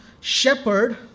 shepherd